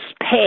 pay